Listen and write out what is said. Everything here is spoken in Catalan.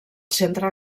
centre